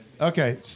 Okay